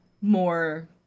more